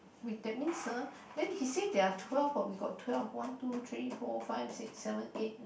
with that means ah then he said there are twelve we got twelve one two three four five six seven eight